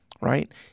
right